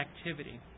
activity